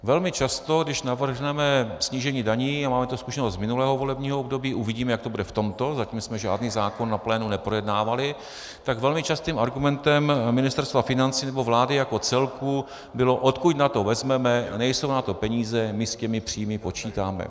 Velmi často, když navrhneme snížení daní a máme tu zkušenost z minulého volebního období, uvidíme, jak to bude v tomto, zatím jsme žádný zákon na plénu neprojednávali , tak velmi častým argumentem Ministerstva financí nebo vlády jako celku bylo: odkud na to vezmeme, nejsou na to peníze, my s těmi příjmy počítáme.